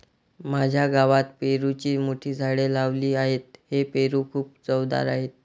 माझ्या गावात पेरूची मोठी झाडे लावली आहेत, हे पेरू खूप चवदार आहेत